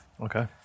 Okay